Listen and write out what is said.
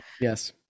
Yes